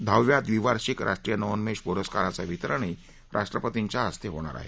दहाव्या ड्वीवार्षीक राष्ट्रीय नवोन्मेष पुरस्कारांचं वितरणही राष्ट्रपतींच्या हस्ते होणार आहे